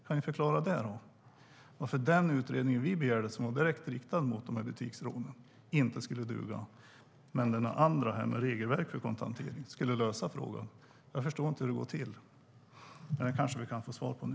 Kan du förklara varför den utredning som vi begärde, som var direkt riktad mot butiksrånen, inte skulle duga medan den andra om ett regelverk för kontanthantering skulle lösa problemen? Jag förstår inte hur det ska gå till, men det kanske vi kan få svar på nu.